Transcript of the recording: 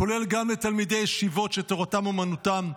כולל גם לתלמידי ישיבות שתורתם אמנותם,